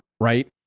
Right